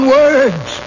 words